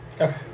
Okay